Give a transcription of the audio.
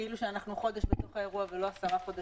כאילו שאנחנו חודש בתוך האירוע ולא עשרה חודשים.